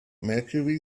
mercury